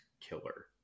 Killer